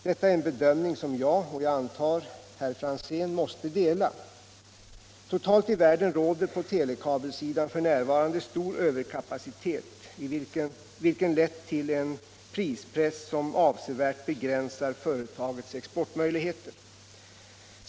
Detta är en bedömning som jag — och jag antar även herr Franzén — måste dela. Totalt i världen råder på telekabelsidan f. n. stor överkapacitet, vilken lett till en prispress som avsevärt begränsar företagets exportmöjligheter.